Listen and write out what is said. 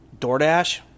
DoorDash